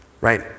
Right